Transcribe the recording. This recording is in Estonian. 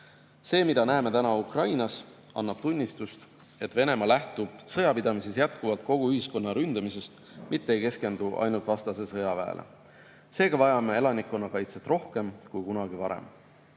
See, mida näeme täna Ukrainas, annab tunnistust, et Venemaa lähtub sõjapidamises jätkuvalt kogu ühiskonna ründamisest, mitte ei keskendu ainult vastase sõjaväele. Seega vajame elanikkonnakaitset rohkem kui kunagi varem.